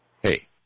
Hey